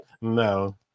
No